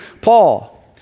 Paul